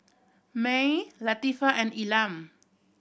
Mae Latifah and Elam